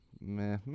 meh